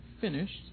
finished